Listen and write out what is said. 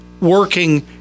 working